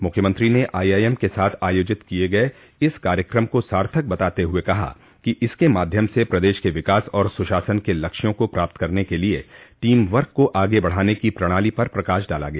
मुख्यमत्री ने आईआईएम के साथ आयोजित किये गये इस कार्यकम को सार्थक बताते हुए कहा कि इसके माध्यम से प्रदेश के विकास और सुशासन के लक्ष्यों को प्राप्त करने के लिए टीम वर्क को आगे बढ़ान की प्रणाली पर प्रकाश डाला गया